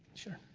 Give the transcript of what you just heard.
sure.